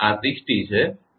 તેથી તમે 5